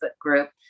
group